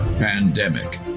Pandemic